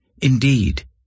indeed